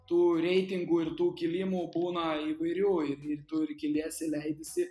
tų reitingų ir tų kilimų būna įvairių ir tu ir kiliesi leidiesi